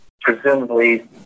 presumably